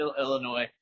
Illinois